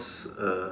uh